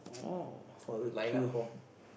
oh barbeque